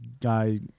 guy